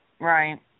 Right